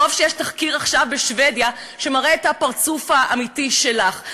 טוב שיש עכשיו בשבדיה תחקיר שמראה את הפרצוף האמיתי שלך.